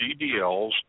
CDLs